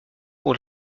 pour